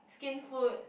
Skin Food